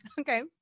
Okay